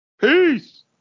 Peace